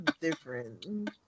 different